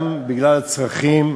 גם בגלל הצרכים,